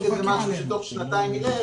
תוך שנתיים הוא ילך,